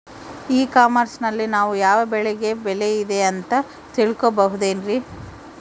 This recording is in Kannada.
ಇ ಕಾಮರ್ಸ್ ನಲ್ಲಿ ನಾವು ಯಾವ ಬೆಳೆಗೆ ಬೆಲೆ ಇದೆ ಅಂತ ತಿಳ್ಕೋ ಬಹುದೇನ್ರಿ?